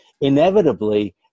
inevitably